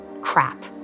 crap